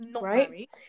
right